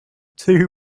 two